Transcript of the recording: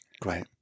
Great